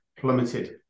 plummeted